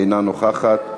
אינה נוכחת,